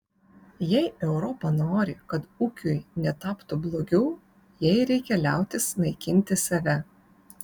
jei europa nori kad ūkiui netaptų blogiau jai reikia liautis naikinti save